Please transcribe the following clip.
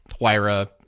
Huayra